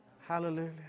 Hallelujah